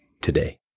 today